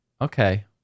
Okay